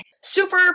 Super